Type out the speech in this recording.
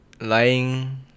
Lying